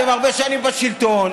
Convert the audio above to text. אתם הרבה שנים בשלטון,